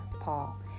Paul